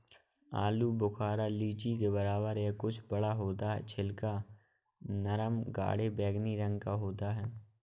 आलू बुखारा लीची के बराबर या कुछ बड़ा होता है और छिलका नरम गाढ़े बैंगनी रंग का होता है